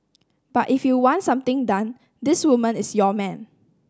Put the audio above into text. but if you want something done this woman is your man